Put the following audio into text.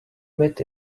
met